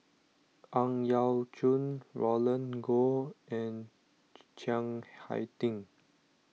Ang Yau Choon Roland Goh and Chiang Hai Ding